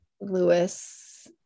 Lewis